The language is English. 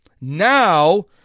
Now